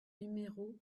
numéro